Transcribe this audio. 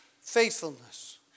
Faithfulness